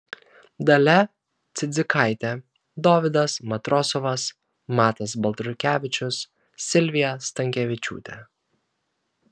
dalia cidzikaitė dovydas matrosovas matas baltrukevičius silvija stankevičiūtė